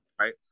right